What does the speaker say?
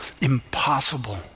impossible